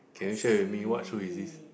I see